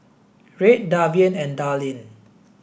Reid Davian and Darlene